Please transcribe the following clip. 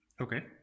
Okay